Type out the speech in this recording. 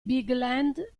bigland